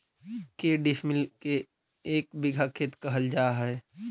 के डिसमिल के एक बिघा खेत कहल जा है?